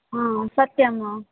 हा सत्यम्